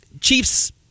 Chiefs